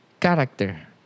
character